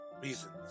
reasons